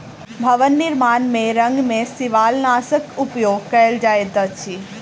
भवन निर्माण में रंग में शिवालनाशक उपयोग कयल जाइत अछि